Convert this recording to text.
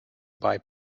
buy